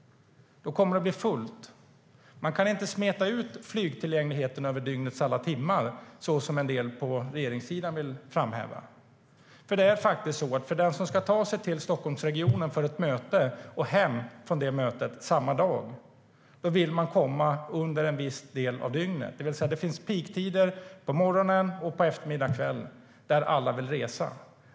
Då kommer det att bli fullt. Man kan inte smeta ut flygtillgängligheten över dygnets alla timmar, så som en del på regeringssidan vill framhäva, för den som ska ta sig till Stockholmsregionen för ett möte och hem från mötet samma dag vill komma fram under en viss del av dygnet. Det vill säga att det finns peaktider på morgonen och på eftermiddagen/kvällen då alla vill resa.